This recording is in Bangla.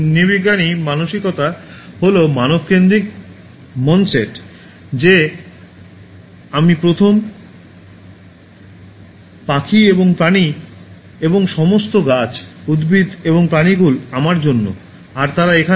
নৃবিজ্ঞানী মানসিকতা হল মানব কেন্দ্রিক মন সেট যে আমি প্রথম পাখি এবং প্রাণী এবং সমস্ত গাছ উদ্ভিদ এবং প্রাণীকুল আমার জন্য আর তারা এখানে